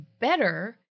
better